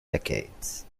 decades